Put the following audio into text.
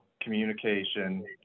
communication